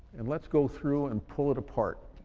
and let's go through and pull it apart.